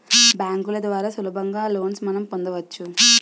బ్యాంకుల ద్వారా సులభంగా లోన్స్ మనం పొందవచ్చు